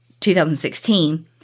2016